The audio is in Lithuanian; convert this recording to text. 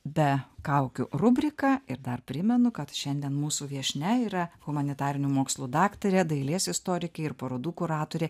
be kaukių rubriką ir dar primenu kad šiandien mūsų viešnia yra humanitarinių mokslų daktarė dailės istorikė ir parodų kuratorė